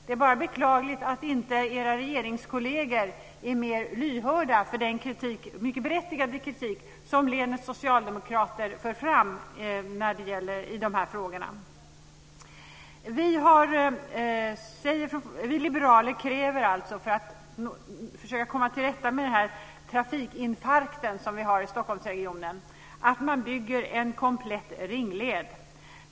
Det är bara beklagligt att inte era regeringskolleger är mer lyhörda för den mycket berättigade kritik som länets socialdemokrater för fram i de här frågorna. Vi liberaler kräver att för att komma till rätta med trafikinfarkten i Stockholmsregionen att man bygger en komplett ringled.